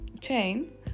chain